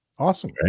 Awesome